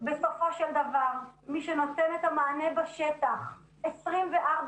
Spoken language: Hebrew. בסופו של דבר מי שנותן את המענה בשטח 24/7